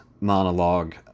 monologue